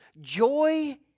joy